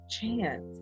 chance